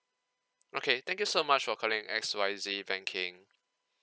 okay thank you so much for calling X Y Z banking